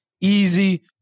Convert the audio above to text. easy